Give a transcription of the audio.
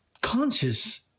conscious